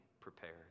prepared